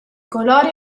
colore